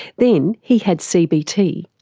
then he had cbt,